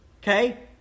Okay